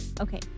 okay